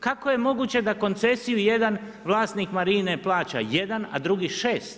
Kako je moguće da koncesiju jedan vlasnik marine plaća 1 a drugi 6?